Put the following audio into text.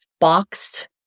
boxed